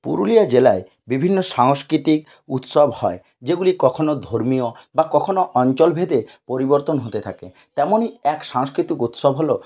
পুরুলিয়া জেলায় বিভিন্ন সাংস্কৃতিক উৎসব হয় যেগুলি কখনও ধর্মীয় বা কখনও অঞ্চলভেদে পরিবর্তন হতে থাকে তেমনি এক সাংস্কৃতিক উৎসব হল